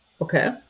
Okay